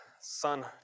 Son